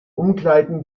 umkleiden